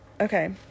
Okay